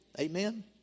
Amen